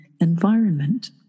environment